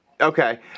okay